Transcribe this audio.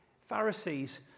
Pharisees